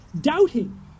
doubting